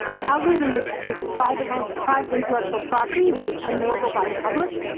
the algorithm is is private private intellectual property that is unknowable by the public.